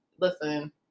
Listen